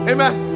Amen